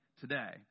today